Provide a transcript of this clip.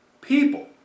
people